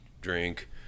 drink